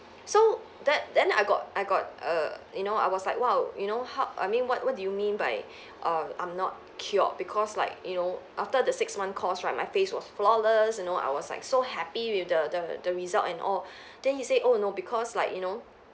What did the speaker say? so that then I got I got err you know I was like !wow! you know how I mean what what do you mean by err I'm not cured because like you know after the six month course right my face was flawless you know I was like so happy with the the the result and all then he say oh no because like you know